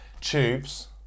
Tubes